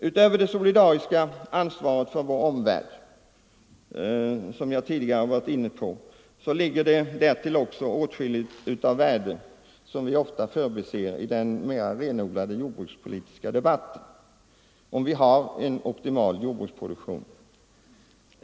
Utöver det solidariska ansvaret för vår omvärld ligger det åtskilligt av värde, som vi ofta förbiser i den renodlade jordbrukspolitiska debatten, i att ha en optimal jordbruksproduktion.